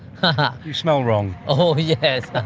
but you smell wrong. oh yes!